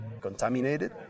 contaminated